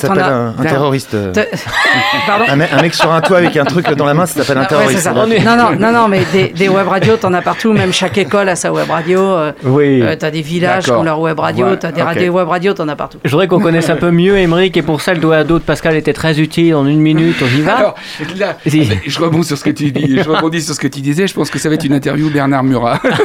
T'appelles T'en as- un- un terroriste, euh. t'as- Pardon ? Un mec- un mec sur un toit avec un truc dans la main, ça s'appelle un Ouais, c'est terroriste, ça. on va dire. Non, non, non, non, mais des- des web radios, t'en as partout, même chaque école a sa web radio, euh, Oui. euh, t'as des villages qui ont D'accord. leur web radio, Ouais, t'as des ok. radios- web radios, t'en as partout. Je voudrais qu'on connaisse un peu mieux Émeric, et pour ça, le doigt à dos de Pascal était très utile. En une minute, on y va. Alors, là, Vas-y. je rebondis sur ce que tu dis- je rebondis sur ce que tu disais. Je pense que ça va être une interview Bernard Murat.